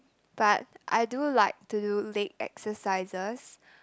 but I do like to do leg exercises